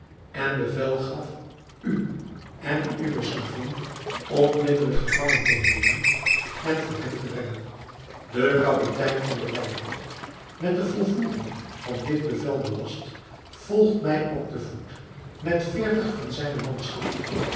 en bevel gaf u en uwe slavin onmiddelijk gevangen te nemen en voor hem te brengen de kapitein van de lijfwacht met de volvoering van dit bevel belast volgt mij op den voet met veertig van zijne manschappen